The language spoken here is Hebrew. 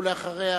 ואחריו,